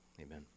amen